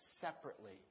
separately